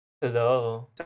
Hello